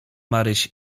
maryś